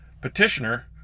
petitioner